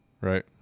Right